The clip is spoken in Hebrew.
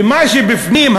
ומה שבפנים,